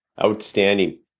Outstanding